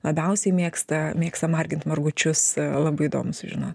labiausiai mėgsta mėgsta margint margučius labai įdomu sužinot